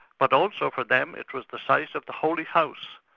but also for them it was the site of the holy house,